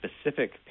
specific